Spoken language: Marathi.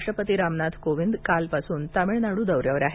राष्ट्रपती रामनाथ कोविन्द कालपासून तामिळनाडू दौऱ्यावर आहेत